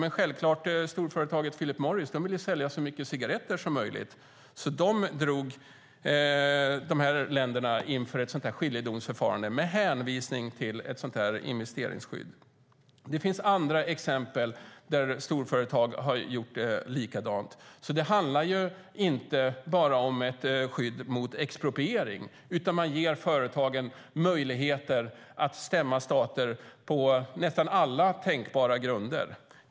Men självklart ville storföretaget Philip Morris sälja så mycket cigaretter som möjligt och drog därför dessa länder inför ett skiljedomsförfarande med hänvisning till ett investeringsskydd. Det finns även andra exempel där storföretag har gjort likadant. Det handlar alltså inte bara om ett skydd mot expropriering, utan man ger företagen möjligheter att stämma stater på nästan alla tänkbara grunder.